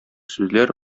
сүзләр